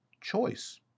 choice